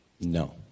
No